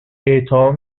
اعطا